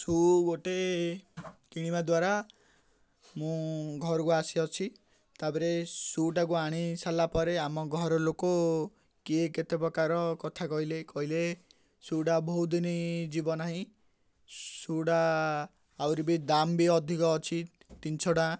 ସୁ' ଗୋଟେ କିଣିବା ଦ୍ୱାରା ମୁଁ ଘରକୁ ଆସିଅଛି ତା'ପରେ ସୁଟାକୁ ଆଣି ସାରିଲା ପରେ ଆମ ଘର ଲୋକ କିଏ କେତେ ପ୍ରକାର କଥା କହିଲେ କହିଲେ ସୁ'ଟା ବହୁତ ଦିନି ଯିବ ନାହିଁ ସୁ'ଟା ଆହୁରି ବି ଦାମ୍ ବି ଅଧିକ ଅଛି ତିନିଶହ ଟଙ୍କା